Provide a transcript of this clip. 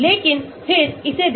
लेकिन फिर इसे देखो